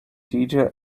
detail